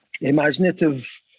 imaginative